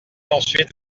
ensuite